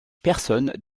personnes